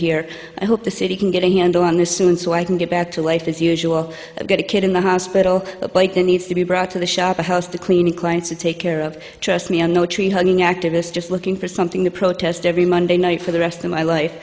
here i hope the city can get a handle on this soon so i can get back to life as usual and get a kid in the hospital needs to be brought to the shop a house to clean clients to take care of trust me i know a tree hugging activist just looking for something to protest every monday night for the rest of my life